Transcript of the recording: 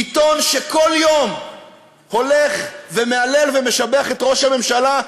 עיתון שכל יום הולך ומהלל ומשבח את ראש הממשלה,